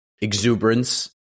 exuberance